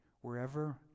wherever